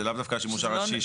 זה לאו דווקא השימוש הראשי.